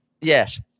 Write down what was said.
Yes